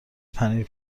پنیر